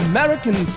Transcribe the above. American